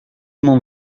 m’en